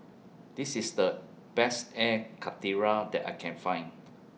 This IS The Best Air Karthira that I Can Find